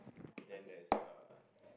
then there is a